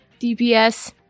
DPS